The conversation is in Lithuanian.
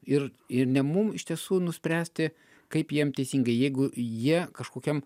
ir ir ne mum iš tiesų nuspręsti kaip jiem teisingai jeigu jie kažkokiam